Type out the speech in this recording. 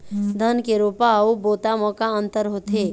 धन के रोपा अऊ बोता म का अंतर होथे?